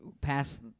pass –